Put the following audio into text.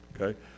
okay